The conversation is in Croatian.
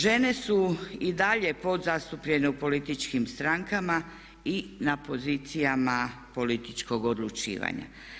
Žene su i dalje podzastupljene u političkim strankama i na pozicijama političkog odlučivanja.